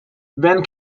when